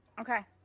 Okay